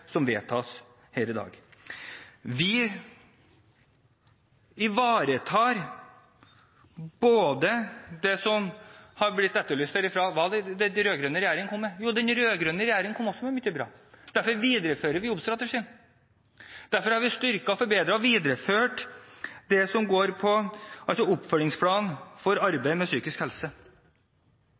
som vedtas her i dag. Vi ivaretar det som har blitt etterlyst her. Hva er det den rød-grønne regjeringen kom med? Jo, den rød-grønne regjeringen kom også med mye bra. Derfor viderefører vi jobbstrategien. Derfor har vi styrket, forbedret og videreført det som går på oppfølgingsplan for arbeid med psykisk helse.